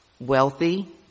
wealthy